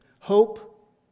Hope